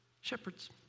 shepherds